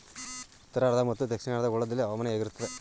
ಉತ್ತರಾರ್ಧ ಮತ್ತು ದಕ್ಷಿಣಾರ್ಧ ಗೋಳದಲ್ಲಿ ಹವಾಮಾನ ಹೇಗಿರುತ್ತದೆ?